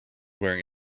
wearing